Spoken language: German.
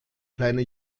kleine